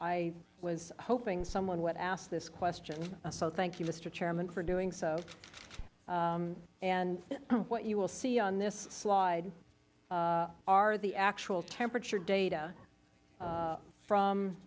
i was hoping someone would ask this question so thank you mister chairman for doing so and what you will see on this slide are the actual temperature data from